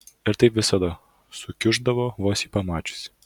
ir taip visada sukiuždavo vos jį pamačiusi